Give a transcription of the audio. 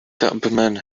tubman